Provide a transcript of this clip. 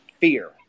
Fear